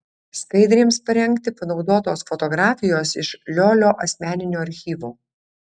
skaidrėms parengti panaudotos fotografijos iš liolio asmeninio archyvo